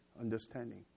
understanding